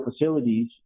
facilities